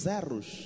erros